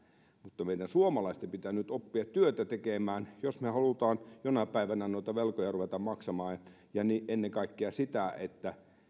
mutta meidän suomalaisten pitää nyt oppia työtä tekemään jos me haluamme jonain päivänä noita velkoja ruveta maksamaan ja ennen kaikkea siksi että